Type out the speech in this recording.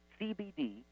CBD